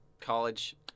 College